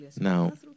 now